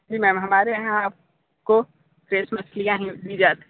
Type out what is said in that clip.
जी ma'am हमारे यहाँ आपको फ्रेश मछलियाँ ही दी जाती